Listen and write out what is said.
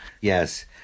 Yes